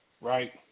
right